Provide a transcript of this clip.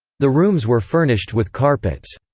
the rooms were furnished with carpets.